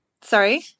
Sorry